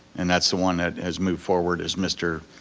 and that's the one that has moved forward as mr.